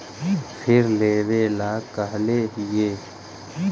फिर लेवेला कहले हियै?